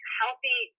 healthy